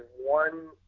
one